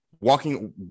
walking